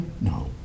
No